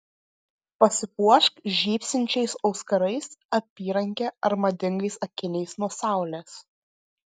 pasipuošk žybsinčiais auskarais apyranke ar madingais akiniais nuo saulės